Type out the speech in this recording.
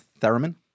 Theremin